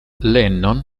lennon